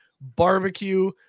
barbecue